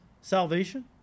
salvation